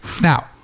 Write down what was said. Now